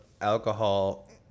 alcohol